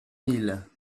miles